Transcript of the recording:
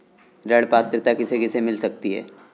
ऋण पात्रता किसे किसे मिल सकती है?